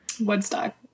Woodstock